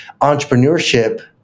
entrepreneurship